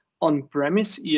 on-premise